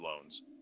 loans